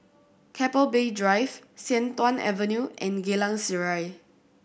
Keppel Bay Drive Sian Tuan Avenue and Geylang Serai